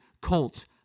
Colts